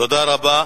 תודה רבה.